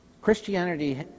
Christianity